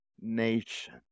nation